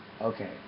Okay